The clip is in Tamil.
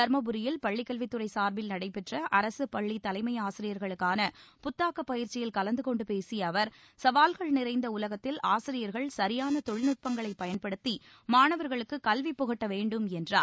தருமபுரியில் பள்ளிக்கல்வித்துறை சார்பில் நடைபெற்ற தலைமை ஆசிரியர்களுக்கான புத்தாக்கப் பயிற்சியில் கலந்து கொண்டு பேசிய அவர் சவால்கள் நிறைந்த உலகத்தில் ஆசிரியர்கள் சரியான தொழில்நட்பங்களைப் பயன்படுத்தி மாணவர்களுக்கு கல்வி புகட்ட வேண்டும் என்றார்